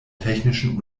technischen